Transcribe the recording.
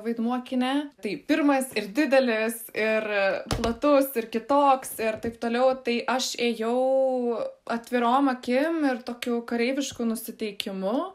vaidmuo kine tai pirmas ir didelis ir platus ir kitoks ir taip toliau tai aš ėjau atvirom akim ir tokiu kareivišku nusiteikimu